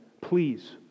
Please